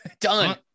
Done